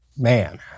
Man